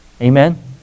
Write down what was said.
Amen